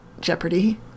Jeopardy